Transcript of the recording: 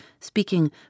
speaking